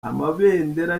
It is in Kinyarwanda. amabendera